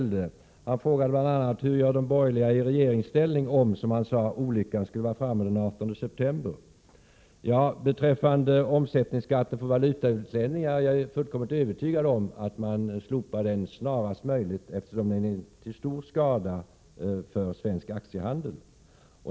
Bruno Poromaa frågade bl.a.: Hur gör de borgerliga i regeringsställning, om — som han sade — olyckan skulle vara framme den 18 september? Beträffande omsättningsskatten för valutautlänningar är jag fullkomligt övertygad om att den kommer att slopas snarast möjligt, eftersom den är till stor skada för svensk aktiehandel.